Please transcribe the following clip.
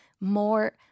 more